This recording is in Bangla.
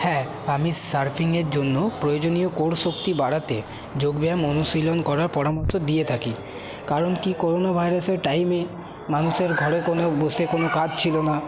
হ্যাঁ আমি সার্ফিংয়ের জন্য প্রয়োজনীয় কোর শক্তি বাড়াতে যোগব্যায়াম অনুশীলন করার পরামর্শ দিয়ে থাকি কারণ কি করোনা ভাইরাসের টাইমে মানুষের ঘরে কোনো বসে কোনো কাজ ছিল না